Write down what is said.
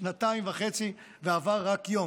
שנתיים וחצי ועבר רק יום".